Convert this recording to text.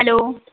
hello